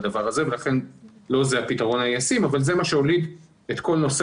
לכן לא זה הפתרון הישים אבל זה מה שהוליד את כל נושא